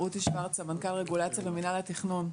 רות שורץ, סמנכ"ל רגולציה במינהל התכנון.